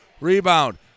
Rebound